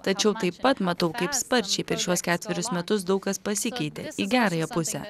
tačiau taip pat matau kaip sparčiai per šiuos ketverius metus daug kas pasikeitė į gerąją pusę